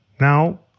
Now